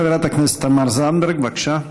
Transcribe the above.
חברת הכנסת תמר זנדברג, בבקשה.